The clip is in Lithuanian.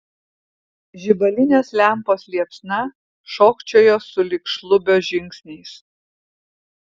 žibalinės lempos liepsna šokčiojo sulig šlubio žingsniais